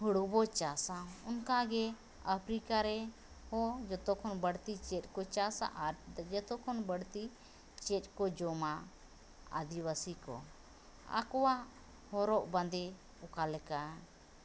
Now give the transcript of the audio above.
ᱦᱩᱲᱩᱵᱚ ᱪᱟᱥᱟ ᱚᱱᱠᱟᱜᱮ ᱟᱯᱷᱨᱤᱠᱟᱨᱮ ᱦᱚᱸ ᱡᱚᱛᱚᱠᱷᱚᱱ ᱵᱟᱹᱲᱛᱤ ᱪᱮᱫᱠᱚ ᱪᱟᱥᱟ ᱟᱨ ᱡᱮᱛᱮᱠᱷᱚᱱ ᱵᱟᱹᱲᱛᱤ ᱪᱮᱫᱠᱚ ᱡᱚᱢᱟ ᱟᱫᱤᱵᱟᱥᱤᱠᱚ ᱟᱠᱚᱣᱟᱜ ᱦᱚᱨᱚᱜᱼᱵᱟᱸᱫᱮ ᱚᱠᱟᱞᱮᱠᱟ